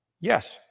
Yes